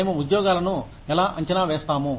మేము ఉద్యోగాలను ఎలా అంచనా వేస్తాము